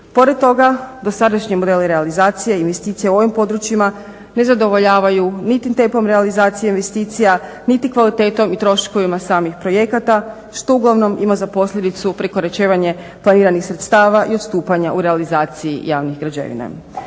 Pored toga dosadašnji broj realizacija i investicija u ovim područjima ne zadovoljavaju niti tempom realizacije investicija, niti kvalitetom i troškovima samih projekata što uglavnom ima za posljedicu prekoračenje planiranih sredstava i odstupanja u realizaciji javnih građevina.